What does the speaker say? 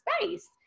space